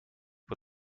for